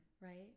right